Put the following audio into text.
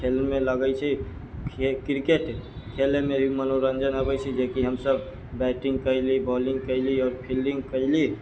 खेलऽ मे लगै छै खेल क्रिकेट खेलय मे भी मनोरंजन अबै छै जेकि हमसब बैटिंग कैली बॉलिंग कैली और फील्डिंग कैली